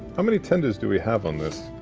how many tenders do we have on this?